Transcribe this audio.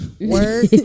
Work